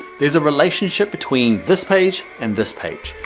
there's a relationship between this page and this page.